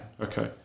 okay